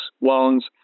loans